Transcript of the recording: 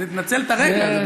תנצל את הרגע.